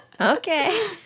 Okay